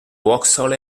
vauxhall